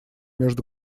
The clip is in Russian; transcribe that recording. между